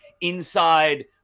inside